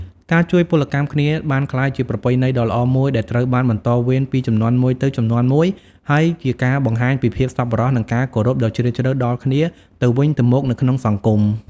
ការជួយពលកម្មគ្នាបានក្លាយជាប្រពៃណីដ៏ល្អមួយដែលត្រូវបានបន្តវេនពីជំនាន់មួយទៅជំនាន់មួយ ហើយជាការបង្ហាញពីភាពសប្បុរសនិងការគោរពដ៏ជ្រាលជ្រៅដល់គ្នាទៅវិញទៅមកនៅក្នុងសង្គម។